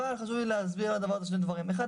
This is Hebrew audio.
אבל חשוב לי להסביר על הדבר הזה שני דברים: ראשית,